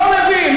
לא מבין,